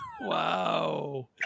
wow